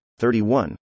31